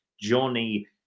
Johnny